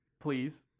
please